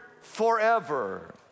forever